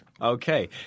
Okay